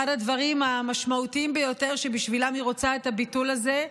אחד הדברים המשמעותיים ביותר שבשבילם היא רוצה את הביטול הזה: